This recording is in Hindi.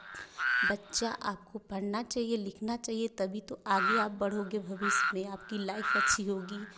बच्चा आपको पढ़ना चाहिए लिखना चाहिए तभी तो आगे आप बढ़ोगे भविष्य में आपकी लाइफ अच्छी होगी